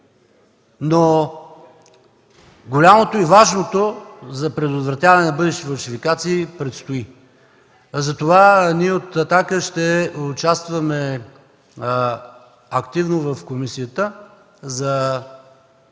но голямото и важното за предотвратяване на бъдещи фалшификации предстои. Затова ние от „Атака” ще участваме активно в Комисията за